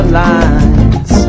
lines